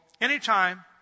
anytime